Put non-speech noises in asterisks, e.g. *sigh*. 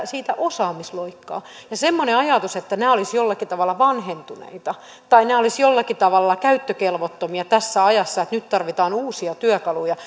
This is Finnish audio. siitä osaamisloikkaa semmoinen ajatus että nämä keinot olisivat jollakin tavalla vanhentuneita tai nämä olisivat jollakin tavalla käyttökelvottomia tässä ajassa että nyt tarvitaan uusia työkaluja *unintelligible*